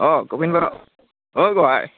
अ गबिन बर' औ गहाय